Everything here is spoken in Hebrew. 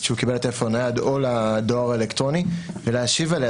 שהוא קיבל לטלפון נייד או לדואר האלקטרוני ולהשיב עליה.